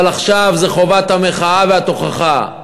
אבל עכשיו זו חובת המחאה והתוכחה.